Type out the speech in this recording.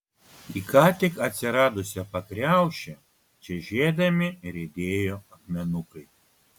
į ką tik atsiradusią pakriaušę čežėdami riedėjo akmenukai